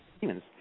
humans